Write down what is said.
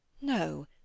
No